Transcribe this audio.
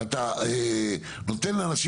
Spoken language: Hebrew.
אז רוצים לתת.